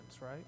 right